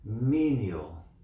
menial